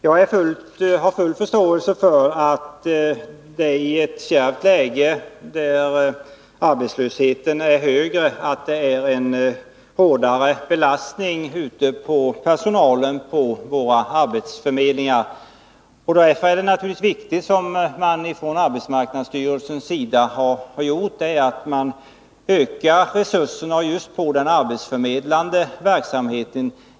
Jag har full förståelse för att det i ett kärvt läge, där arbetslösheten är hög, råder en hårdare belastning på personalen på våra arbetsförmedlingar. Därför är det naturligtvis viktigt att, som arbetsmarknadsstyrelsen också har gjort, öka resurserna just till den arbetsförmedlande verksamheten.